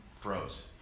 froze